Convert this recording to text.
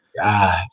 God